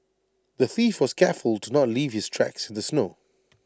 the thief was careful to not leave his tracks in the snow